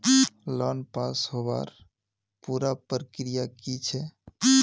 Loan pass होबार पुरा प्रक्रिया की छे?